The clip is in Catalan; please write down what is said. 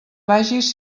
vagis